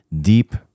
deep